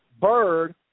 Bird